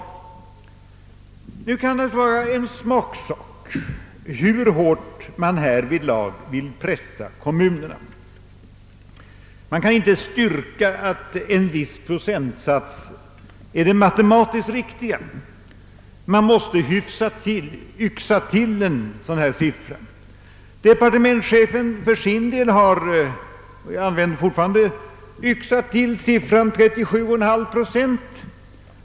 Nu kan det vara en smaksak hur hårt man härvidlag vill pressa kommunerna. Man kan inte styrka att en viss procentsats är den matematiskt riktiga. Man måste »yxa till» en dylik siffra. Depar :tementschefen har för sin del yxat till siffran 37,5 procent.